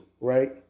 Right